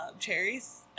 cherries